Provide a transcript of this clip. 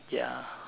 ya